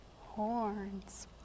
horns